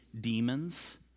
demons